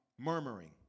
Murmuring